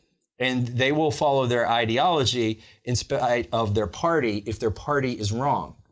and they will follow their ideology in spite of their party if their party is wrong.